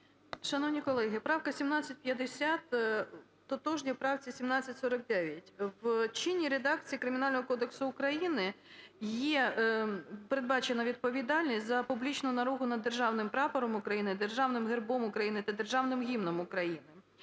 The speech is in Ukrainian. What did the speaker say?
Шановні колеги, правка 1750 тотожна правці 1749. В чинній редакції Кримінального кодексу України передбачена відповідальність за публічну наругу над Державним Прапором України, Державним Гербом України та Державним Гімном України.